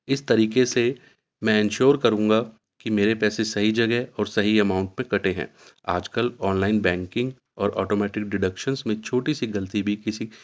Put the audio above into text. اس طریقے سے میں انشور کروں گا کہ میرے پیسے صحیح جگہ اور صحیح اماؤنٹ میں کٹے ہیں آج کل آن لائن بینکنگ اور آٹومیٹک ڈیڈکشنس میں چھوٹی سی غلطی بھی کسی